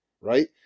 right